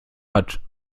hat